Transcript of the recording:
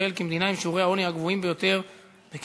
ההצעה תועבר לוועדה כפי שיוכרע בוועדת הכנסת.